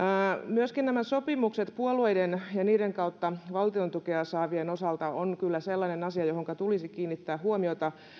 myöskin nämä sopimukset puolueiden ja niiden kautta valtion tukea saavien osalta ovat kyllä sellainen asia johonka tulisi kiinnittää huomiota